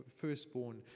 firstborn